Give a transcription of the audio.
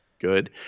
Good